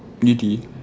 really